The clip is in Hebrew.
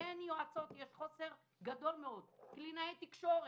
אין יועצות, יש חוסר גדול מאוד; קלינאי תקשורת.